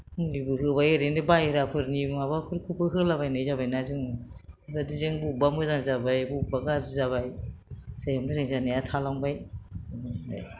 मुलिबो होबाय ओरैनो बाहेरानि माबाफोरखौबो होलाबायनाय जाबायना जों बेबादिजों बबेबा मोजां जाबाय बबेबा गाज्रि जाबाय जाय मोजां जानाया थालांबाय बिदि जाबाय